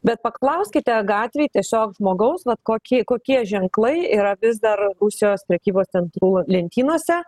bet paklauskite gatvėj tiesiog žmogaus vat kokie kokie ženklai yra vis dar rusijos prekybos centrų lentynose